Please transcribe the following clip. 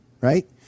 right